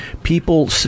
people